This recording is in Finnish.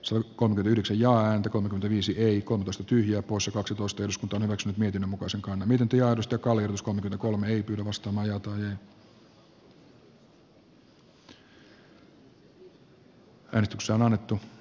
suokon yhdeksi ja häntä kohde viisi ei kompastu tyhjät pois oksetus työskentelivät miten muka sotkan myynti ja osto kali uskomme kuluvan vaalikauden perintönä suomessa on annettu